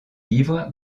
livre